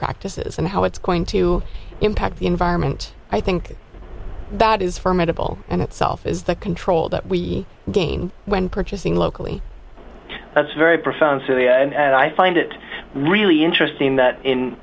practices and how it's going to impact the environment i think that is formidable and itself is the control that we gain when purchasing locally that's very profound syria and i find it really interesting that in